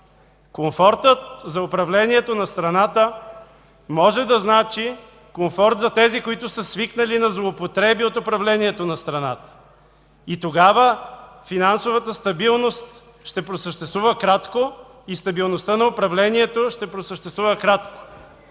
Комфортът за управлението на страната може да значи комфорт за тези, които са свикнали на злоупотреби от управлението на страната, и тогава финансовата стабилност ще просъществува кратко и стабилността на управлението ще просъществува кратко.